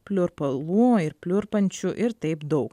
pliurpalų ir pliurpančių ir taip daug